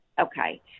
Okay